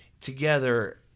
together